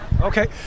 Okay